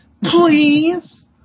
Please